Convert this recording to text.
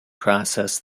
process